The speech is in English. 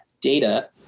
data